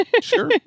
Sure